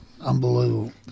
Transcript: Unbelievable